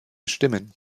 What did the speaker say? stimmen